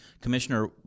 Commissioner